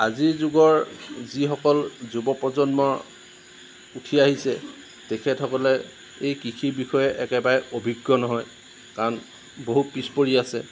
আজিৰ যুগৰ যিসকল যুৱপ্ৰজন্ম উঠি আহিছে তেখেতসকলে এই কৃষিৰ বিষয়ে একেবাৰে অভিজ্ঞ নহয় কাৰণ বহু পিছ পৰি আছে